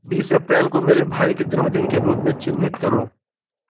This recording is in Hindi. बीस अप्रैल को मेरे भाई के जन्मदिन के रूप में चिह्नित करो